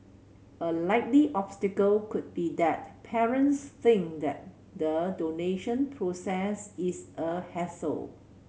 a likely obstacle could be that parents think that the donation process is a hassle